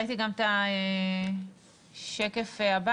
ראיתי גם את השקף הבא,